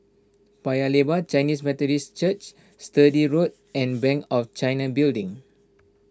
Paya Lebar Chinese Methodist Church Sturdee Road and Bank of China Building